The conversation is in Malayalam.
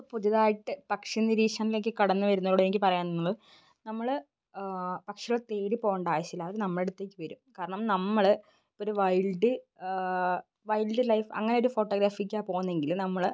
പുതുതായിട്ട് പക്ഷി നിരീക്ഷണത്തിലേക്ക് കടന്നു വരുന്നവരോട് എനിക്ക് പറയാനുള്ളത് നമ്മൾ പക്ഷികളെ തേടി പോകേണ്ട ആവശ്യമില്ല അവർ നമ്മളുടെ അടുത്തേക്ക് വരും കാരണം നമ്മൾ ഒരു വൈൽഡ് വൈൽഡ് ലൈഫ് അങ്ങനെ ഒരു ഫോട്ടോഗ്രാഫിക്കാണ് പോകുന്നതെങ്കിൽ നമ്മൾ